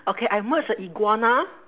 okay I merge a iguana